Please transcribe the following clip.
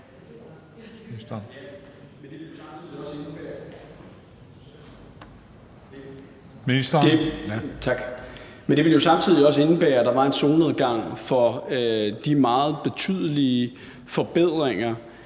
Men det ville jo samtidig også indebære, at der var en solnedgangsklausul for de meget betydelige forbedringer